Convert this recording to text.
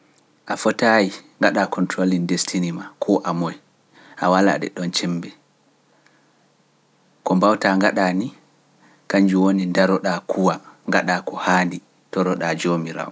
A fotaayi, ngaɗa kontroli ndestini ma, kuwa amoy, a walaa ɗe ɗon cembe. Ko mbawta ngaɗa ni, kanjum woni ndaroɗa kuwa, ngaɗa ko haandi, toroɗa joomiraawo.